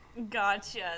Gotcha